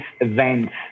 events